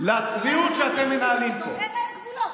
אפילו התפילה, אין להם גבולות.